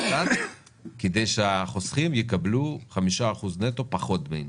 כדי שהחוסכים יקבלו 5% נטו, פחות דמי ניהול.